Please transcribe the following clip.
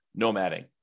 nomading